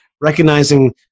recognizing